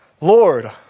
Lord